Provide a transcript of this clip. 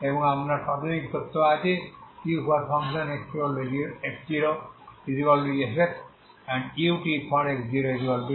এবং আপনার প্রাথমিক তথ্য আছে ux0f utx0g